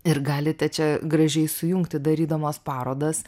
ir galite čia gražiai sujungti darydamas parodas